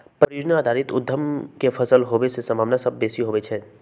परिजोजना आधारित उद्यम के सफल होय के संभावना सभ बेशी होइ छइ